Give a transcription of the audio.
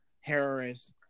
Harris